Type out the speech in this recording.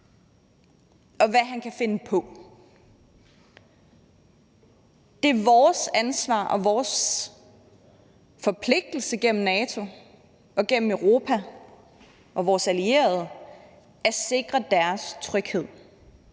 og hvad han kan finde på. Det er vores ansvar og vores forpligtelse gennem NATO og gennem Europa og vores allierede at sikre deres tryghed.